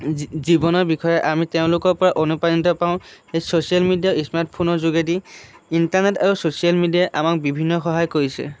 জীৱনৰ বিষয়ে আমি তেওঁলোকৰ পৰা অনুপ্ৰাণিত পাওঁ ছচিয়েল মিডিয়া স্মাৰ্টফোনৰ যোগেদি ইন্টাৰনেট আৰু ছচিয়েল মিডিয়াই আমাক বিভিন্ন সহায় কৰিছে